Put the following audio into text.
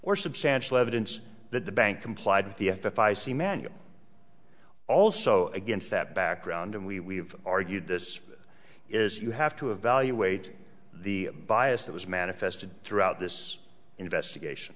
or substantial evidence that the bank complied with the f f i see man you also against that background and we we've argued this is you have to evaluate the bias that was manifested throughout this investigation